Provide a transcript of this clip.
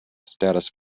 status